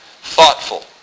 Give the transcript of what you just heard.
Thoughtful